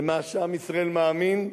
למה שעם ישראל מאמין,